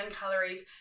calories